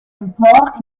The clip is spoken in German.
empor